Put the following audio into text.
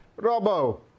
Robo